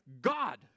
God